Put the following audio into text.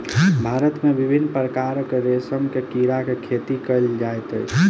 भारत मे विभिन्न प्रकारक रेशम के कीड़ा के खेती कयल जाइत अछि